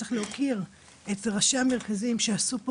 צריך להוקיר את ראשי המרכזים שעשו פה